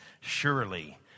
Surely